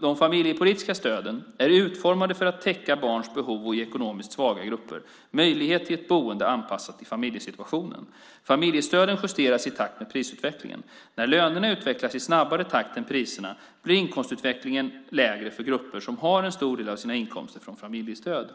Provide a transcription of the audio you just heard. De familjepolitiska stöden är utformade för att täcka barns behov och ge ekonomiskt svaga grupper möjlighet till ett boende anpassat efter familjesituationen. Familjestöden justeras i takt med prisutvecklingen. När lönerna utvecklas i snabbare takt än priserna blir inkomstutvecklingen lägre för grupper som har en stor del av sina inkomster från olika familjestöd.